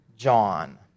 John